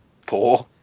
four